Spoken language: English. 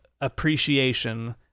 appreciation